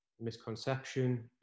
misconception